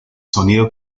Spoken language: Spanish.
sonido